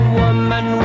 woman